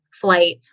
flight